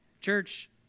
Church